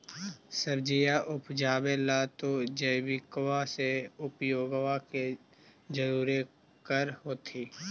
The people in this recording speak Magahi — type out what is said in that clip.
सब्जिया उपजाबे ला तो जैबिकबा के उपयोग्बा तो जरुरे कर होथिं?